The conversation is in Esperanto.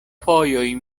fojoj